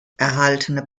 erhaltene